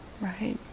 right